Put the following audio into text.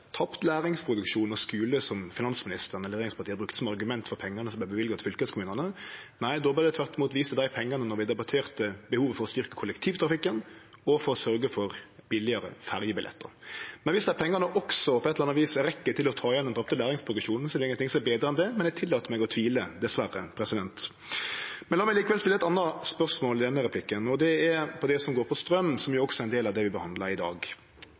tapt læringsprogresjon og skule som finansministeren eller regjeringspartia brukte som argument for pengane som vart løyvde til fylkeskommunane. Nei, det vart tvert imot vist til dei pengane då vi debatterte behovet for å styrkje kollektivtrafikken og for å sørgje for billegare ferjebillettar. Men viss dei pengane også – på eit eller anna vis – rekkjer til å ta igjen den tapte læringsprogresjonen, er det ingenting som er betre enn det, men eg tillèt meg å tvile, dessverre. Men la meg likevel stille eit anna spørsmål i denne replikken, om det som går på straum, som også er ein del av det vi behandlar i dag.